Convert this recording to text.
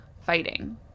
fighting